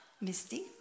Misty